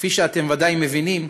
כפי שאתם ודאי מבינים,